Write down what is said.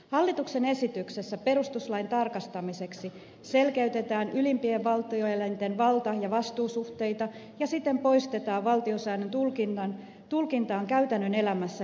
hallituksen esityksessä perustuslain tarkistamiseksi selkeytetään ylimpien valtioelinten valta ja vastuusuhteita ja siten poistetaan valtiosäännön tulkintaan käytännön elämässä liittyneitä epäselvyyksiä